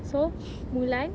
so mulan